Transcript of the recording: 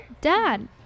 Dad